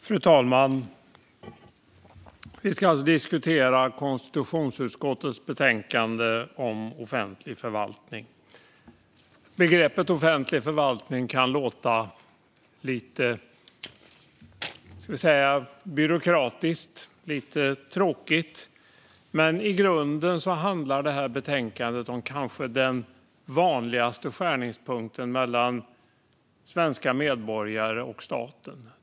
Fru talman! Vi ska nu diskutera konstitutionsutskottets betänkande om offentlig förvaltning. Begreppet offentlig förvaltning kan låta lite byråkratiskt och tråkigt, men i grunden handlar betänkandet om den kanske vanligaste skärningspunkten mellan svenska medborgare och staten.